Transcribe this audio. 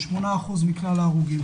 8% מכלל ההרוגים.